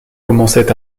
commençait